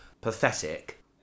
Pathetic